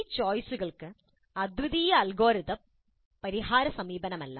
ഈ ചോയിസുകൾക്ക് അദ്വിതീയ അൽഗോരിതം പരിഹാര സമീപനമില്ല